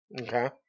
Okay